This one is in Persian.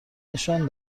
نشان